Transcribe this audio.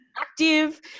active